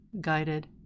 guided